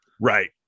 right